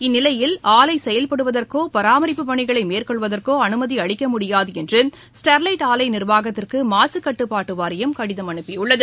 இந்நிலையில் ஆலை செயல்படுவதற்கோ பராமரிப்புப்பணிகளை மேற்கொள்வதற்கோ அனுமதி அளிக்க முடியாது என்று ஸ்டெர்வைட் ஆலை நிர்வாகத்திற்கு மாசுக்கட்டுப்பாட்டு வாரியம் கடிதம் அனுப்பியுள்ளது